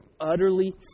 utterly